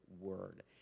word